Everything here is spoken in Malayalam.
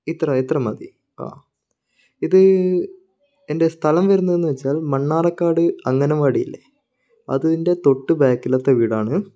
ഇത്ര ഇത്ര മതി ആ ഇത് എൻ്റെ സ്ഥലം വരുന്നതെന്ന് വച്ചാൽ മണ്ണാർക്കാട് അങ്കനവാടി ഇല്ലേ അതിൻ്റെ തൊട്ട് ബാക്കിലത്തെ വീടാണ്